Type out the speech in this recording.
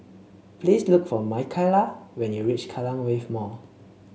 please look for Makaila when you reach Kallang Wave Mall